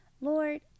Lord